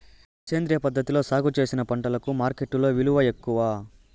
సేంద్రియ పద్ధతిలో సాగు చేసిన పంటలకు మార్కెట్టులో విలువ ఎక్కువ